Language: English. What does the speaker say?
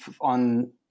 on